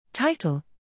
Title